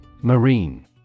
Marine